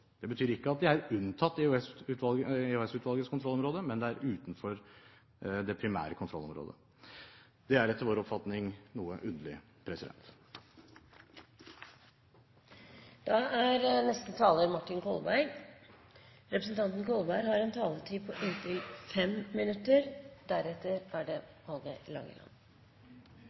Det betyr ikke at det er unntatt EOS-utvalgets kontrollområde, men det er utenfor det primære kontrollområdet. Det er etter vår oppfatning noe underlig. La meg begynne med å vise til saksordførerens innlegg, og jeg sier som ham, at i all hovedsak er det